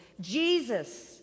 Jesus